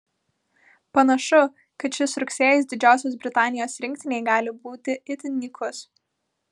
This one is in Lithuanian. panašu kad šis rugsėjis didžiosios britanijos rinktinei gali būti itin nykus